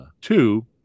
two